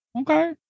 Okay